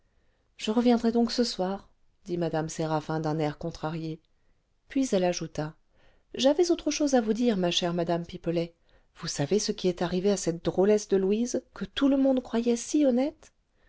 je reviendrai donc ce soir dit mme séraphin d'un air contrarié puis elle ajouta j'avais autre chose à vous dire ma chère madame pipelet vous savez ce qui est arrivé à cette drôlesse de louise que tout le monde croyait si honnête